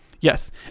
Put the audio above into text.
Yes